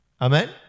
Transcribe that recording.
Amen